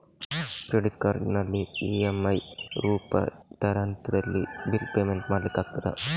Credit ಕಾರ್ಡಿನಲ್ಲಿ EMI ರೂಪಾಂತರದಲ್ಲಿ bill payment ಮಾಡ್ಲಿಕ್ಕೆ ಆಗ್ತದ?